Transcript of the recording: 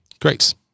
Great